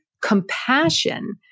compassion